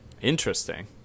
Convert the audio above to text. Interesting